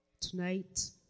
Tonight